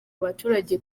abaturage